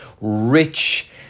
rich